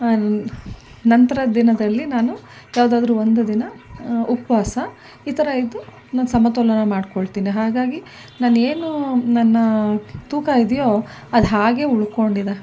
ನಾನು ನಂತರ ದಿನದಲ್ಲಿ ನಾನು ಯಾವ್ದಾದ್ರೂ ಒಂದು ದಿನ ಉಪವಾಸ ಈ ಥರ ಇದ್ದು ನಾನು ಸಮತೋಲನ ಮಾಡ್ಕೊಳ್ತೀನಿ ಹಾಗಾಗಿ ನಾನು ಏನು ನನ್ನ ತೂಕ ಇದೆಯೋ ಅದು ಹಾಗೆ ಉಳ್ಕೊಂಡಿದೆ